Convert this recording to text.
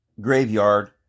Graveyard